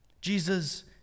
Jesus